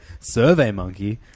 SurveyMonkey